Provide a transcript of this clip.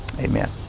Amen